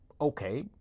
Okay